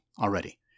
Already